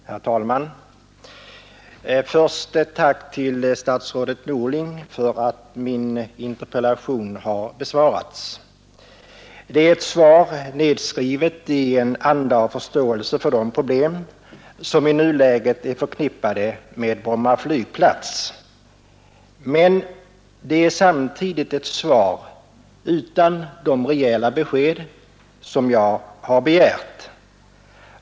Herr talman! Först ett tack till statsrådet Norling för att min interpellation besvarats. Det är ett svar nedskrivet i en anda av förståelse för de problem som i nuläget är förknippade med Bromma flygplats. Men det är samtidigt ett svar utan de rejäla besked som jag begärt.